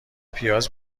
پیاز